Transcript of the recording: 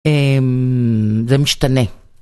‫אממ... זה משתנה.